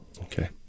Okay